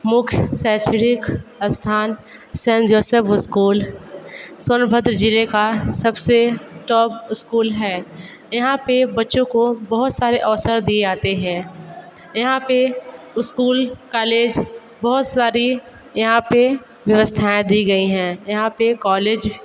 मुख्य शैक्षणिक स्थान सेन जोसेफ़ स्कूल सोनभद्र जिले का सबसे टॉप स्कूल है यहाँ पे बच्चों को बहुत सारे अवसर दिए आते हैं यहाँ पे स्कूल कालेज बहुत सारी यहाँ पे व्यवस्थाएं दी गई हैं यहाँ पे कोलेज